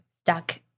stuck